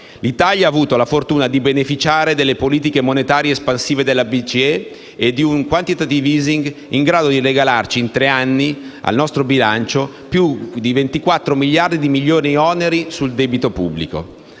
L'Italia ha avuto la fortuna di beneficiare delle politiche monetarie espansive della BCE e di un *quantitative easing* in grado di regalare, in tre anni, al nostro bilancio più di 24 miliardi di euro di minori oneri sul debito pubblico.